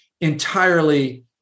entirely